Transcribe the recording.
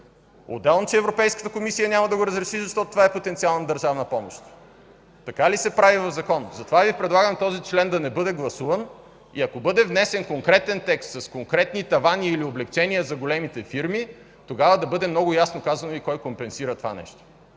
Отделно, че Европейската комисия няма да го разреши, защото това е потенциална държавна помощ. Така ли се прави в закон? Затова Ви предлагам този член да не бъде гласуван и ако бъде внесен конкретен текст, с конкретни тавани или облекчения за големите фирми, тогава да бъде много ясно казано и кой компенсира това нещо,